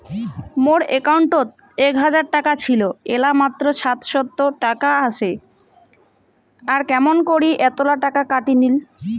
মোর একাউন্টত এক হাজার টাকা ছিল এলা মাত্র সাতশত টাকা আসে আর কেমন করি এতলা টাকা কাটি নিল?